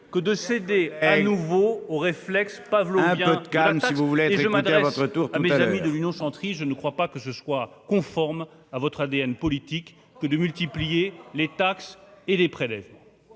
que de céder à nouveau au réflexe pavlovien un gamme si vous voulez, je m'intéresse à mes amis de l'Union centriste, je ne crois pas que ce soit conforme à votre ADN politique que de multiplier les taxes et les prélèvements